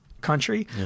country